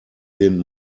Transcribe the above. den